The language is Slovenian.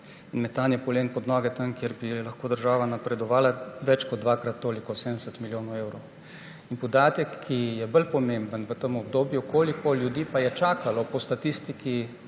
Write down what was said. in metanje polen pod noge, tam, kjer bi lahko država napredovala, več kot dvakrat toliko, 70 milijonov evrov. In podatek, ki je bolj pomemben v tem obdobju − koliko ljudi pa je čakalo po statistiki